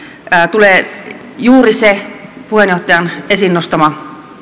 tulee juuri se puheenjohtajan esiin nostama